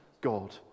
God